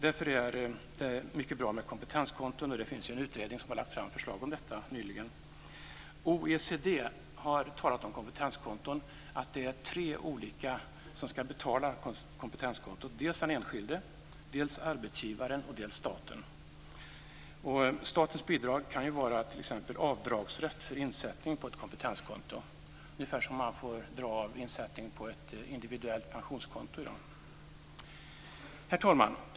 Därför är det mycket bra med kompetenskonton. Det finns en utredning som har lagt fram förslag om detta nyligen. OECD har talat om kompetenskonton och sagt att det är tre olika som ska betala kompetenskontot. Det är dels den enskilde, dels arbetsgivaren och dels staten. Statens bidrag kan ju t.ex. vara avdragsrätt för insättning på ett kompetenskonto, ungefär som man får dra av insättning på ett individuellt pensionskonto i dag. Herr talman!